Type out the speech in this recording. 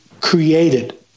created